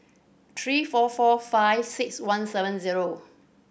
three four four five six one seven zero